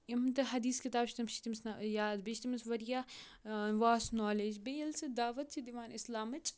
یِم تہِ ہدیٖث کِتاب چھِ تِم چھِ تٔمِس یاد بیٚیہِ چھِ تٔمِس واریاہ واسٹ نالیج بیٚیہِ ییٚلہِ سُہ دعوت چھِ دِوان اسلامٕچ